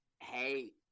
hey